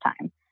time